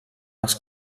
als